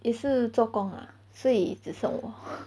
也是做工 lah 所以只剩我